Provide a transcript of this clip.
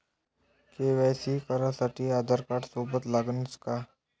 KYC करासाठी आधारकार्ड सोबत लागनच का?